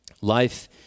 Life